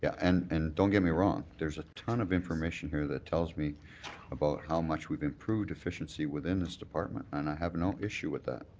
and and don't get me wrong. there's a ton of information here that tells me about how much we've improved efficiency within this department and i have no issue with that.